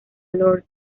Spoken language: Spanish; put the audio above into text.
lord